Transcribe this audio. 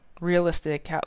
realistic